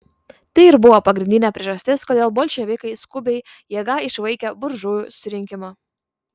tai ir buvo pagrindinė priežastis kodėl bolševikai skubiai jėga išvaikė buržujų susirinkimą